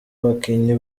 bakinnyi